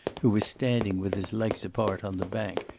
who was standing with his legs apart on the bank,